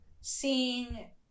seeing